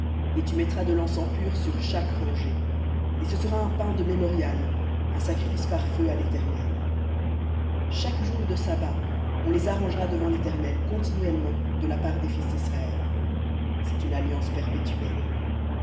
et tu mettras de l'encens pur sur rangée et ce sera un pain de mémorial un sacrifice par feu à léternel chaque jour de sabbat on les arrangera devant l'éternel continuellement de la part des fils d'israël une alliance perpétuelle